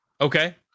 Okay